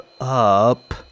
up